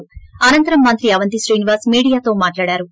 హి అనంతరం మంత్రి అవంతి శీనివాస్ మీడియాతో మాట్హడుతూ